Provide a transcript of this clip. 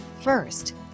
first